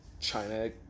China